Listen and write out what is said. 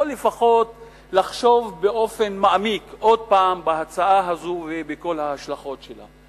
או לפחות לחשוב באופן מעמיק עוד פעם על ההצעה הזו וכל ההשלכות שלה.